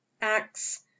Acts